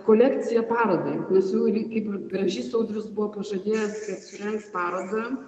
kolekciją parodai nes kaip ir gražys audrius buvo pažadėjęs kad surengs parodą